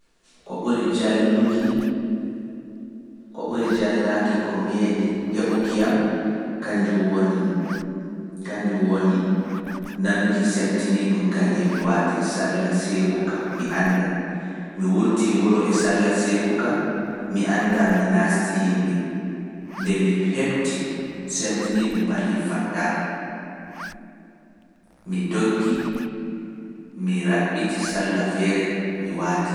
Ko ɓuri jalnaaki ko meeɗi heɓuki am, kanjum woni nanuki semtinii ɗum ngam e mi waati salla seekuka, mi annda, mi wurtii wuro e salla seekuka, mi annda mi naasti himɓe, nde mi heɓti semtinii ɗum ɓadii faɗɗa, mi doggi, mi raɓɓiti salla feere, mi waati.